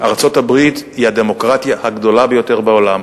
היא הדמוקרטיה הגדולה ביותר בעולם.